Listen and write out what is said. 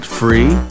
free